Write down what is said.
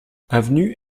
avenue